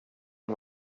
med